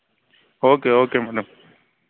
okay okay madam